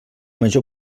major